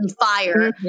fire